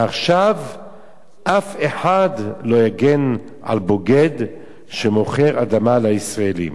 מעכשיו אף אחד לא יגן על בוגד שמוכר אדמה לישראלים.